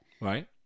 Right